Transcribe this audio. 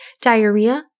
diarrhea